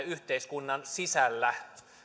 yhteiskunnan sisällä